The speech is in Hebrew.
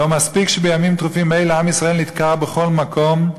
לא מספיק שבימים טרופים אלה עם ישראל נדקר בכל מקום,